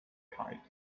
kite